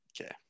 Okay